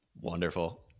Wonderful